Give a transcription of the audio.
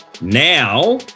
Now